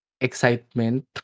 excitement